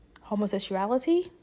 homosexuality